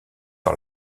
par